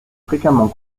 fréquemment